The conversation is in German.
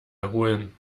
erholen